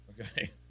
Okay